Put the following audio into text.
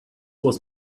was